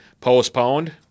postponed